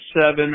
seven